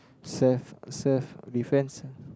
self self defence ah